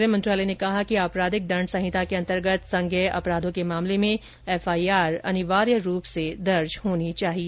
गृह मंत्रालय ने कहा कि आपराधिक दंड संहिता के अंतर्गत संज्ञेय अपराधों के मामले में एफआईआर अनिवार्य रूप से दर्ज होनी चाहिए